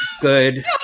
good